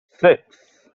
six